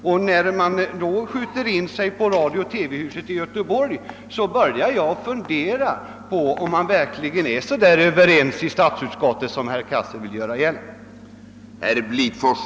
Och när man nu skjuter in sig på radiooch TV-huset i Göteborg, börjar jag tvivla på att man verkligen är så överens i statsutskottet som herr Cas :sel vill göra gällande.